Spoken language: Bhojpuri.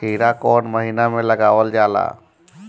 खीरा कौन महीना में लगावल जाला?